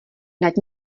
nad